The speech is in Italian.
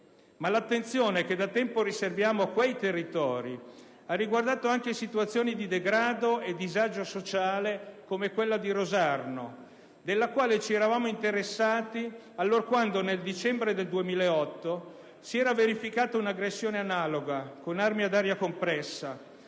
Ma l'attenzione che da tempo riserviamo a quei territori ha riguardato anche situazioni di degrado e disagio sociale come quella di Rosarno, della quale ci eravamo interessati allorquando, nel dicembre 2008, si era verificata un'aggressione analoga con armi ad aria compressa